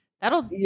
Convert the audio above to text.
That'll